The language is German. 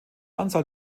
anzahl